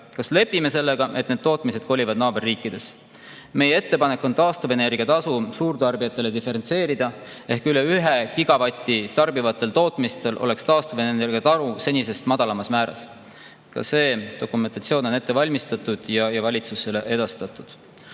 Kas lepime sellega, et need tootmised kolivad naaberriikidesse? Meie ettepanek on taastuvenergia tasu suurtarbijatele diferentseerida ehk üle 1 gigavati tarbivatel tootmistel oleks taastuvenergia tasu senisest madalamas määras. Ka see dokumentatsioon on ette valmistatud ja valitsusse